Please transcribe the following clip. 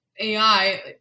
AI